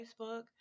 Facebook